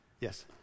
Yes